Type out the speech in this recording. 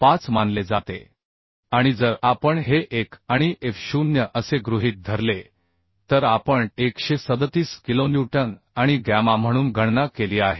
5 मानले जाते आणि जर आपण हे 1 आणि F0 असे गृहीत धरले तर आपण 137 किलोन्यूटन आणि गॅमा म्हणून गणना केली आहे